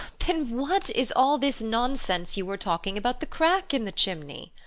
then what is all this nonsense you are talking about the crack in the chimney!